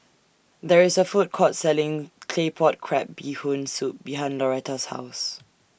There IS A Food Court Selling Claypot Crab Bee Hoon Soup behind Lauretta's House